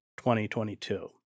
2022